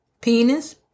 Penis